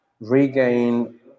regain